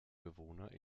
bewohner